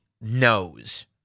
knows